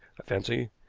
fancy.